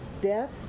death